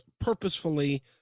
purposefully